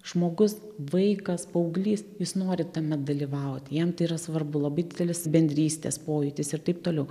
žmogus vaikas paauglys jis nori tame dalyvauti jam tai yra svarbu labai didelis bendrystės pojūtis ir taip toliau